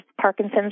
Parkinson's